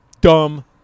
Dumb